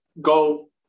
go